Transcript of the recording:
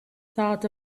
thought